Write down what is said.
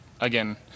again